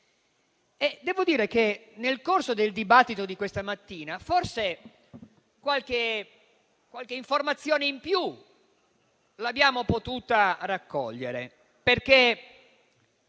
Devo dire che nel corso del dibattito di questa mattina, forse qualche informazione in più l'abbiamo potuta raccogliere perché